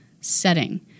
setting